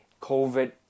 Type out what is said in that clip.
COVID